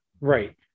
right